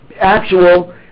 actual